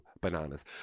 bananas